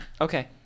Okay